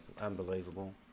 Unbelievable